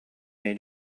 made